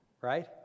Right